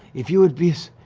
if you would be s